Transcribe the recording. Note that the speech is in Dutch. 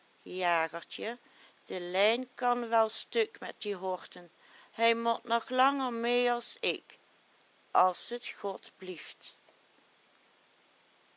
jagertje de lijn kan wel stuk met die horten hij mot nog langer mee as ik as t god blieft